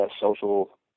social